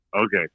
Okay